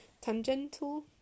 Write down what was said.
tangential